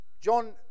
John